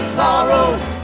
sorrows